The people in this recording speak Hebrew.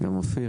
אופיר,